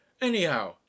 Anyhow